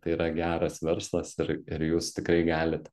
tai yra geras verslas ir ir jūs tikrai galit